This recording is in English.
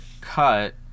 cut